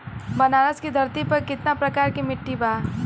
बनारस की धरती पर कितना प्रकार के मिट्टी बा?